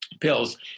pills